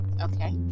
Okay